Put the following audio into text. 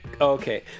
okay